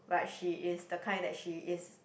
but she is the kind that she is